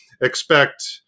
Expect